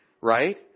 right